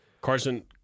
Carson